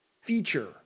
feature